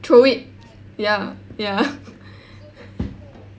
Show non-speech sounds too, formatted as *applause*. throw it ya ya *laughs*